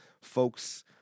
Folks